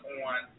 on